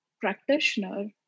practitioner